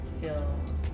feel